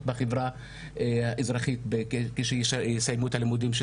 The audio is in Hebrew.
בחברה האזרחית כשיסיימו את הלימודים.